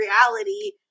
reality